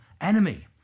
enemy